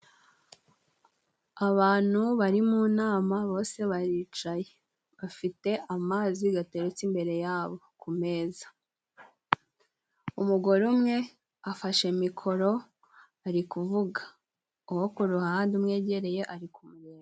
Abantu bari mu nama bose baricaye bafite amazi gateretse imbere yabo ku meza. Umugore umwe afashe mikoro ari kuvuga, uwo ku ruhande umwegereye ari kumureba.